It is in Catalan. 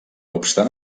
obstant